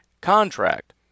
contract